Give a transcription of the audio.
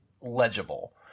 legible